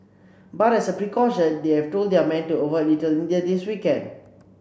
but as a precaution they have told their men to avoid Little India this weekend